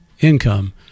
income